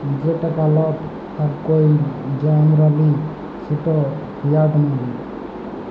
যে টাকা লট আর কইল যা আমরা লিই সেট ফিয়াট মালি